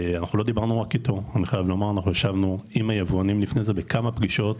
לא דיברנו רק איתו ישבנו עם היבואנים לפני זה בכמה פגישות,